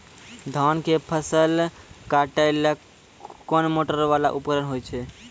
धान के फसल काटैले कोन मोटरवाला उपकरण होय छै?